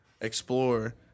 explore